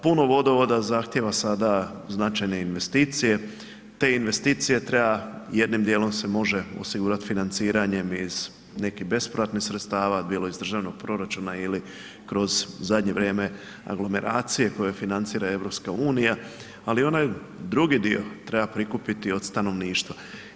Puno vodovoda zahtijeva sada značajne investicije, te investicije treba jednim dijelom se može osigurati financiranjem iz nekih bespovratnih sredstava, bilo iz državnog proračuna ili kroz, u zadnje vrijeme kroz aglomeracije koje financira EU, ali onaj drugi dio treba prikupiti od stanovništva.